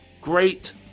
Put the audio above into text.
Great